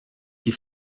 die